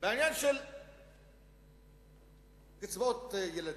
בעניין קצבאות הילדים,